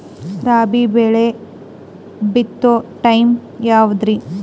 ರಾಬಿ ಬೆಳಿ ಬಿತ್ತೋ ಟೈಮ್ ಯಾವದ್ರಿ?